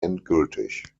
endgültig